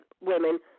women